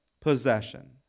possession